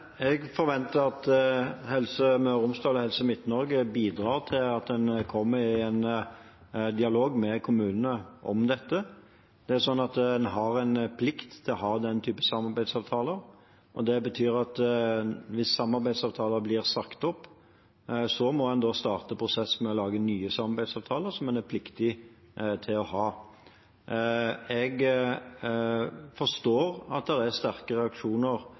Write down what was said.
dialog med kommunene om dette. Man har en plikt til å ha slike samarbeidsavtaler. Det betyr at hvis samarbeidsavtaler blir sagt opp, må man starte prosessen med å lage nye samarbeidsavtaler – som man er pliktig til å ha. Jeg forstår at det er sterke reaksjoner